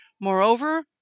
Moreover